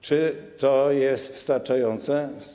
Czy to jest wystarczające?